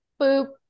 boop